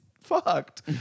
fucked